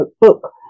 Book